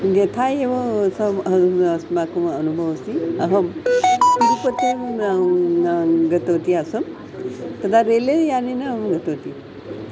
यथा एव सः अस्माकम् अनुभवः अस्ति अहं तिरुपतिं गतवती आसं तदा रेलयानेन अहं गतवती